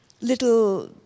little